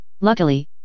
Luckily